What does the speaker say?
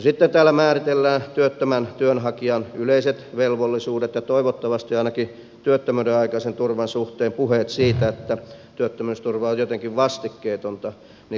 sitten täällä määritellään työttömän työnhakijan yleiset velvollisuudet ja toivottavasti ainakin työttömyydenaikaisen turvan suhteen puheet siitä että työttömyysturva on jotenkin vastikkeetonta loppuisivat